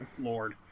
Lord